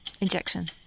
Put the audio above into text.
injection